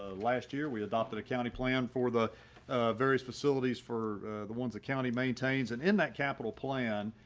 ah last year we adopted a county plan for the various facilities for the ones that county maintains and in that capital plan,